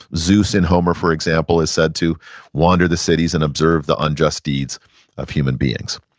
zeus and homer for example, is said to wander the cities and observe the unjust deeds of human beings.